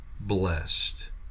blessed